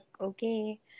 Okay